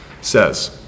says